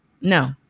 no